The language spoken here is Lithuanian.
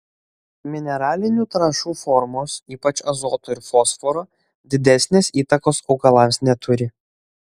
mineralinių trąšų formos ypač azoto ir fosforo didesnės įtakos augalams neturi